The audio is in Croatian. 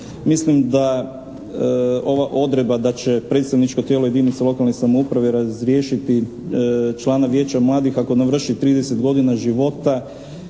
mislim da ova odredba da će predsjedničko tijelo jedinica lokalne samouprave razriješiti člana vijeća mladih ako navrši 30 godina života,